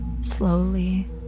Slowly